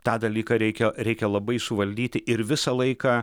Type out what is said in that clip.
tą dalyką reikia reikia labai suvaldyti ir visą laiką